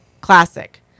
Classic